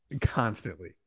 constantly